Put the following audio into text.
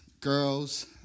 girls